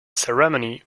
ceremony